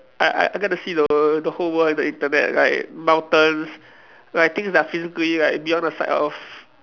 I I I get to see the world the whole world in the Internet like mountains like things that are physically like beyond the sight of